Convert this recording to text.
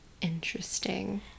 Interesting